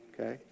okay